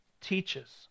teaches